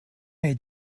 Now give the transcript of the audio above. est